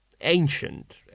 ancient